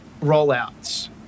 rollouts